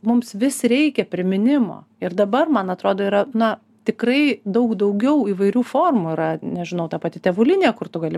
mums vis reikia priminimo ir dabar man atrodo yra na tikrai daug daugiau įvairių formų yra nežinau ta pati tėvų linija kur tu gali